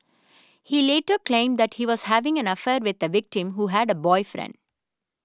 he later claimed that he was having an affair with the victim who had a boyfriend